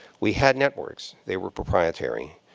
we had networks. they were proprietary.